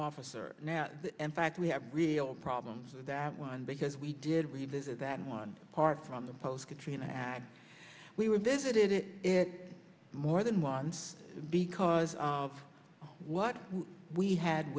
officer now in fact we have real problems with that one because we did revisit that one part from the post katrina had we were visited it more than once because of what we had